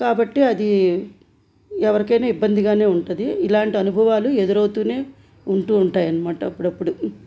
కాబట్టి అది ఎవరికైనా ఇబ్బందిగానే ఉంటుంది ఇలాంటి అనుభవాలు ఎదురవుతూనే ఉంటూ ఉంటాయి అన్నమాట అప్పుడప్పుడు